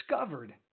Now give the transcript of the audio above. discovered